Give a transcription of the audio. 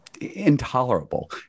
intolerable